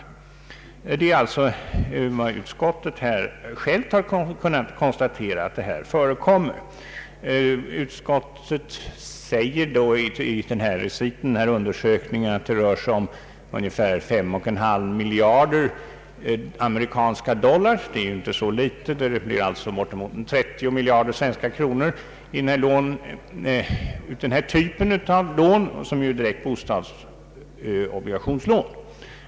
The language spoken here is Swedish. Utskottet har alltså självt kunnat konstatera att obligationslån av den här typen förekommer. Utskottet säger i reciten att undersökningen visat att det rör sig om ungefär 51/2 miljard amerikanska dollar. Detta är inte så litet. Det motsvarar ungefär 30 miljarder svenska kronor i denna typ av lån, som är direkta bostadsobligationslån.